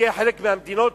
חלק מהמדינות,